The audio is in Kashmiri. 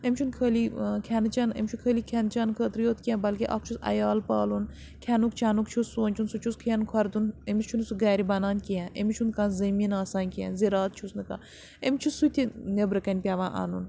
أمِس چھُنہٕ خٲلی کھٮ۪ن چٮ۪ن أمِس چھُ خٲلی کھٮ۪ن چٮ۪ن خٲطرٕ یوٚت کینٛہہ بلکہِ اکھ چھُ عیال پالُن کھٮ۪نُک چیٚنُک چھُس سونٛچُن سُہ چھُس کھٮ۪ن کھۄردُن أمِس چھُنہٕ سُہ گرِ بنان کینٛہہ أمِس چھُنہٕ کانٛہہ زٔمیٖن آسان کینٛہہ زرات چھُس نہٕ کانٛہہ أمِس چھُ سُہ تہِ نیٚبرٕ کنہِ پیٚوان انُن